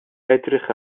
edrych